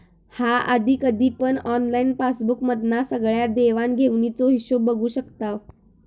हा आम्ही कधी पण ऑनलाईन पासबुक मधना सगळ्या देवाण घेवाणीचो हिशोब बघू शकताव